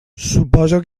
suposo